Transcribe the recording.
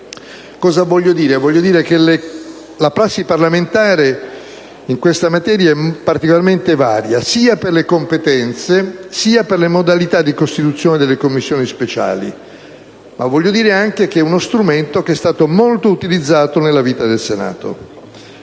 Con ciò voglio dire che la prassi parlamentare in questa materia è particolarmente varia sia per le competenze, sia per le modalità di costituzione delle Commissioni speciali. Ma è anche uno strumento che è stato molto utilizzato nella vita del Senato.